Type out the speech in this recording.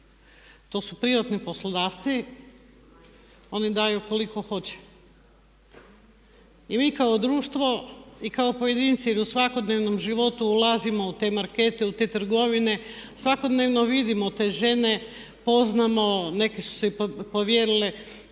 To su privatni poslodavci, oni ima daju koliko hoće. I mi kao društvo i kao pojedinci jer u svakodnevnom životu ulazimo u te markete, u te trgovine, svakodnevno vidimo te žene, poznajemo, neke su se i povjerile,